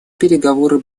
переговоры